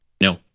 No